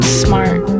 smart